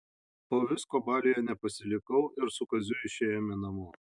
po visko baliuje nepasilikau ir su kaziu išėjome namo